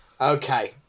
Okay